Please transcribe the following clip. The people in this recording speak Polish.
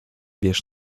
wiesz